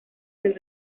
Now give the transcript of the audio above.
del